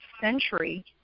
century